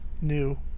new